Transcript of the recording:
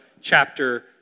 chapter